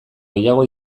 gehiago